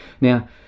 Now